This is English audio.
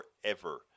forever